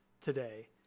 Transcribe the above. today